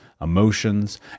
emotions